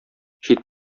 чит